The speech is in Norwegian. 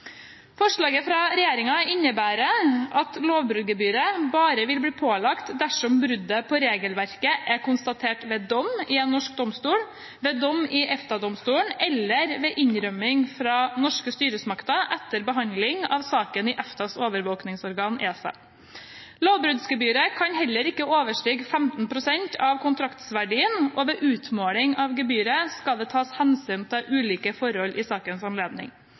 Forslaget fra regjeringen innebærer at lovbruddsgebyret bare vil bli pålagt dersom bruddet på regelverket er konstatert ved dom i en norsk domstol, ved dom i EFTA-domstolen eller ved innrømmelse fra norske styresmakter etter behandling av saken i EFTAs overvåkningsorgan, ESA. Lovbruddsgebyret kan heller ikke overstige 15 pst. av kontraktsverdien, og ved utmåling av gebyret skal det tas hensyn til ulike forhold i sakens anledning.